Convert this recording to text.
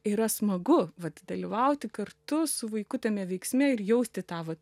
yra smagu vat dalyvauti kartu su vaiku tame veiksme ir jausti tą va